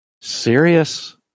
serious